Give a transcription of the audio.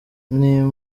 ujye